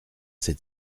ses